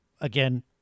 Again